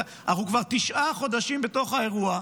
אנחנו כבר תשעה חודשים בתוך האירוע,